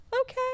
Okay